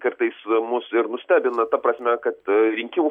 kartais mus ir nustebina ta prasme kad rinkimų